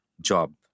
job